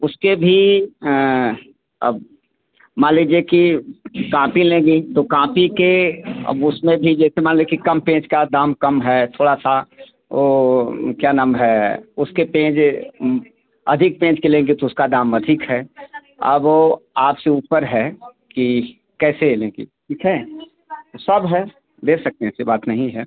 उसके भी अब मान लीजिए कि काँपी लेंगी तो काँपी के अब उसमें भी जैसे मान लें कि कम पेज का दाम कम है थोड़ा सा वो क्या नाम है उसके पेज अधिक पेज के लेंगे तो उसका दाम अधिक है अब वो आप से ऊपर है कि कैसे लेंगी ठीक है तो सब है बेच सकती हैं ऐसी बात नहीं है